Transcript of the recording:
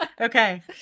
Okay